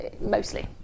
mostly